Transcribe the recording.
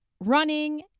running